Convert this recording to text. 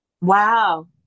Wow